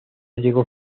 llegó